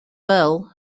bell